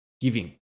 giving